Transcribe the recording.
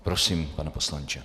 Prosím, pane poslanče.